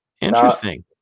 Interesting